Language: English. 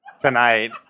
tonight